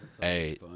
hey